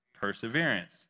Perseverance